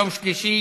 יום שלישי,